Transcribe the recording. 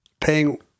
paying